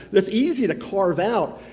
it's easy to carve out.